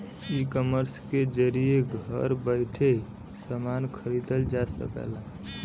ecommerce के जरिये घर बैइठे समान खरीदल जा सकला